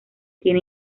tiene